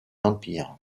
empire